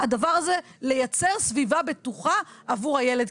לייצר סביבה בטוחה עבור הילד,